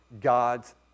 God's